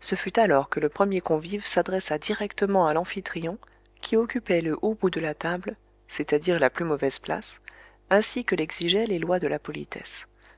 ce fut alors que le premier convive s'adressa directement à l'amphitryon qui occupait le haut bout de la table c'est-à-dire la plus mauvaise place ainsi que l'exigeaient les lois de la politesse